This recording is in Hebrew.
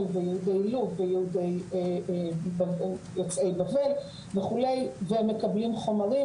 ויהודי לוב ויהודי יוצאי בבל וכו' והם מקבלים חומרים,